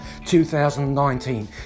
2019